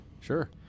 sure